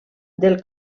del